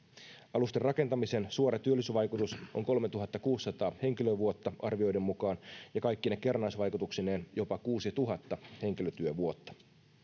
alusten rakentamisen suora työllisyysvaikutus on kolmetuhattakuusisataa henkilötyövuotta arvioiden mukaan ja kaikkine kerrannaisvaikutuksineen jopa kuusituhatta henkilötyövuotta